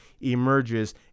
emerges